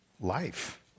life